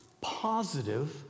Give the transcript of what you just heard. positive